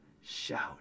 shout